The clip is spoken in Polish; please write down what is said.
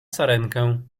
sarenkę